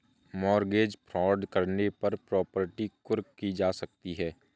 mortgage fraud करने पर property कुर्क की जा सकती है